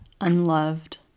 unloved